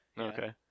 Okay